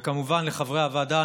וכמובן לחברי הוועדה.